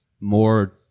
more